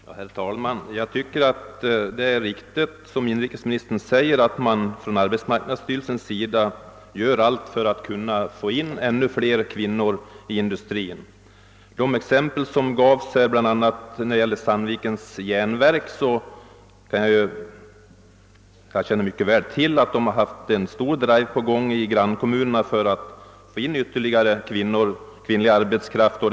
Herr talman! Jag tycker det är riktigt som inrikesministern säger, att arbetsmarknadsstyrelsen gör allt för att kunna få in ännu fler kvinnor i industrin. Vad beträffar de exempel som inrikesministern anförde bl.a. från Sandvikens Jernverk, så känner jag mycket väl till att man i Sandviken har en stor drive på gång för att få ytterligare kvinnlig arbetskraft från grannkommunerna.